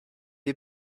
est